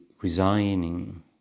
resigning